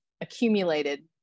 accumulated